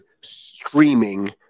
streaming